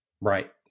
Right